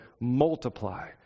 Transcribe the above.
multiply